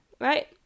right